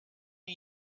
ich